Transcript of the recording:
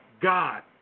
God